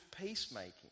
peacemaking